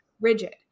rigid